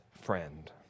friend